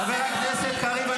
--- חברת הכנסת תומא סלימאן,